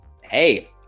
hey